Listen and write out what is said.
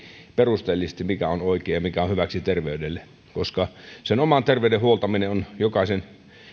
perusteellisesti mikä on oikein ja mikä on hyväksi terveydelle koska sen oman terveyden huoltaminen on